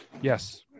Yes